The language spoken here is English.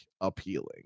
appealing